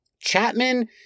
Chapman